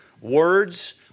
words